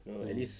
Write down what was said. mm